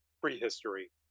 prehistory